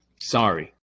sorry